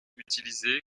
utilisés